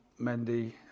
mendy